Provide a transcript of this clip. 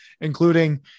including